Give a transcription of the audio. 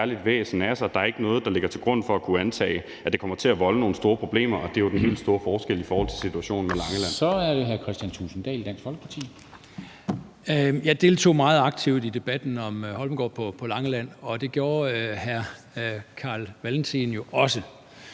Jeg deltog meget aktivt i debatten om Holmegaard på Langeland, og det gjorde hr. Carl Valentin jo også,